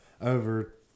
over